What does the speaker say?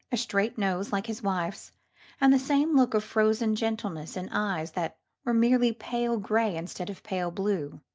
a straight nose like his wife's and the same look of frozen gentleness in eyes that were merely pale grey instead of pale blue.